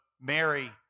Mary